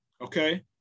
okay